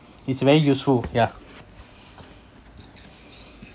it's very useful yeah